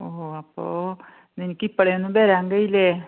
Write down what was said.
ഓ അപ്പോൾ നിനക്കിപ്പോഴൊന്നും വരാൻ കഴിയില്ലേ